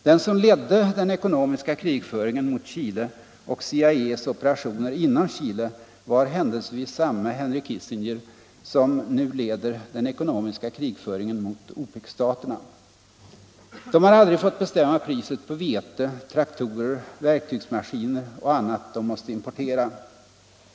Den som ledde den ekonomiska krigföringen mot Chile och CIA:s operationer inom Chile var händelsevis samme Henry Kissinger som nu leder den ekonomiska krigföringen mot OPEC staterna. Dessa länder har aldrig fått bestämma priset på vete, traktorer, verktygsmaskiner och annat de måste importera.